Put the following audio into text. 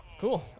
Cool